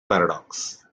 paradox